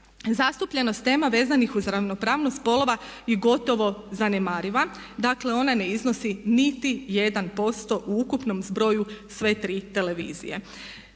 Zastupljenost tema vezanih uz ravnopravnost spolova je gotovo zanemariva. Dakle, ona ne iznosi niti 1% u ukupnom zbroju sve tri televizije.